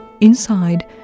Inside